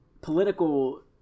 political